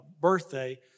birthday